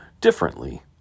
differently